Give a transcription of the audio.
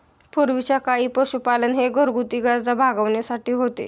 पूर्वीच्या काळी पशुपालन हे घरगुती गरजा भागविण्यासाठी होते